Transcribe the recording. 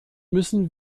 müssen